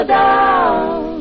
down